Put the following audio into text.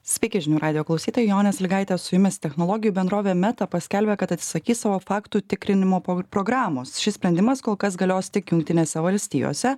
sveiki žinių radijo klausytojai jonė sąlygaitė su jumis technologijų bendrovė meta paskelbė kad atsisakys savo faktų tikrinimo po programos šis sprendimas kol kas galios tik jungtinėse valstijose